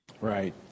Right